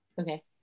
Okay